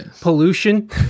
pollution